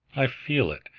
i feel it,